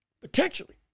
potentially